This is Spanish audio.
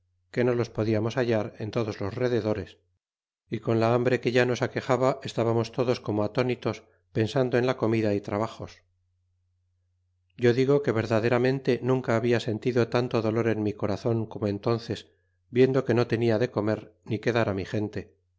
no los podiamos hallar en todos los rededores y con la hambre que ya nos aquexaba estábamos todos como atónitos pensando en la comida ó trabajos yo digo que verdaderamente nunca habla sentido tanto dolor en mi corazon como entónces viendo que no tenia de comer ni que dar á mi gente